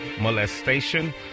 molestation